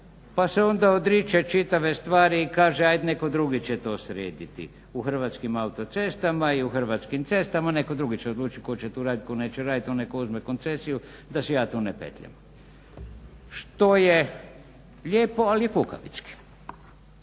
pa se onda odriče čitave stvari i kaže ajd neko drugi će to srediti. U Hrvatskim autocestama i Hrvatskim cestama netko drugi će odlučit tko će tu radit, tko neće radit. Onaj tko uzme koncesiju da se ja tu ne petljam. Što je lijepo, ali je kukavički.